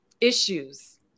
issues